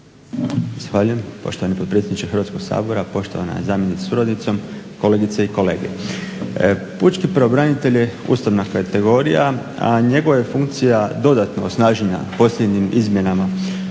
Zahvaljujem poštovani potpredsjedniče Hrvatskog sabora, poštovana zamjenice sa suradnicom, kolegice i kolege. Pučki pravobranitelj je ustavna kategorija, a njegova je funkcija dodatno osnažena posljednjim izmjenama